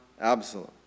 Absalom